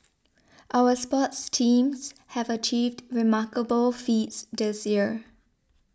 our sports teams have achieved remarkable feats this year